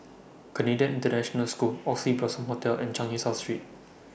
Canadian International School Oxley Blossom Hotel and Changi South Street